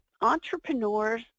entrepreneurs